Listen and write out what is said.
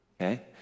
Okay